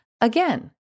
Again